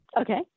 Okay